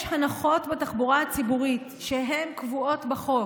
יש הנחות בתחבורה הציבורית שהן קבועות בחוק,